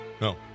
No